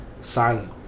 silent